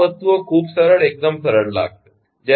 તમને આ વસ્તુઓ ખૂબ સરળ એકદમ સરળ લાગશે